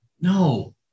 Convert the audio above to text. No